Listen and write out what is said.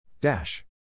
Dash